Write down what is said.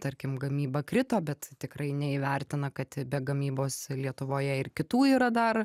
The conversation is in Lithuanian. tarkim gamyba krito bet tikrai neįvertina kad be gamybos lietuvoje ir kitų yra dar